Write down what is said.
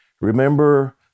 remember